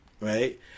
right